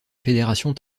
fédération